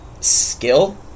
skill